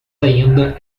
ainda